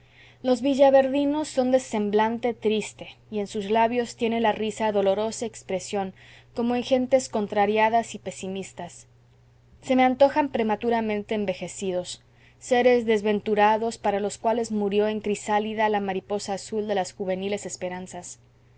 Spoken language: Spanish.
los villaverdinos son de semblante triste y en sus labios tiene la risa dolorosa expresión como en gentes contrariadas y pesimistas se me antojan prematuramente envejecidos seres desventurados para los cuales murió en crisálida la mariposa azul de las juveniles esperanzas